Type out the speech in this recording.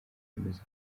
bemeza